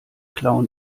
clown